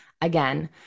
again